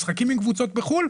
משחקים עם קבוצות בחו"ל,